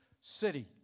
city